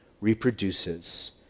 reproduces